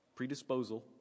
predisposal